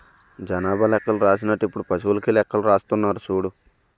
జనాభా లెక్కలు రాసినట్టు ఇప్పుడు పశువులకీ లెక్కలు రాస్తున్నారు సూడు